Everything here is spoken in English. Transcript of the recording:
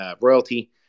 royalty